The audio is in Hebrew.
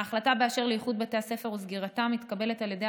ההחלטה באשר לאיחוד בתי הספר וסגירתם מתקבלת על ידי